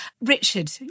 Richard